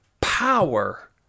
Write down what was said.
Power